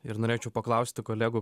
ir norėčiau paklausti kolegų